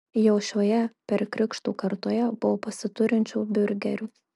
jau šioje perkrikštų kartoje buvo pasiturinčių biurgerių